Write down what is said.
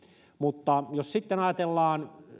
mutta jos sitten ajatellaan